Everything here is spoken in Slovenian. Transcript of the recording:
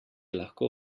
lahko